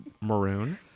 maroon